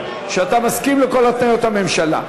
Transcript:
שאתה מסכים לכל התניות הממשלה.